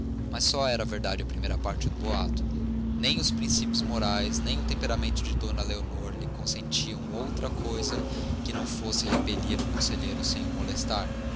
mas só era verdade a primeira parte do boato nem os princípios morais nem o temperamento de d leonor lhe consentiam outra coisa que não fosse repelir o conselheiro sem o molestar